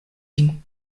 vin